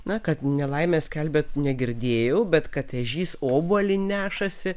na kad nelaimę skelbia negirdėjau bet kad ežys obuolį nešasi